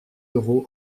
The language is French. euros